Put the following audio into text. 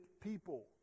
people